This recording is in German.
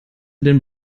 den